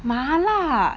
麻辣